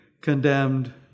condemned